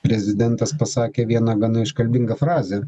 prezidentas pasakė vieną gana iškalbingą frazę